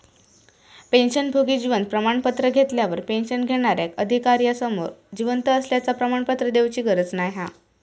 पेंशनभोगी जीवन प्रमाण पत्र घेतल्यार पेंशन घेणार्याक अधिकार्यासमोर जिवंत असल्याचा प्रमाणपत्र देउची गरज नाय हा